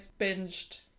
binged